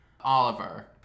Oliver